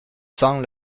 cents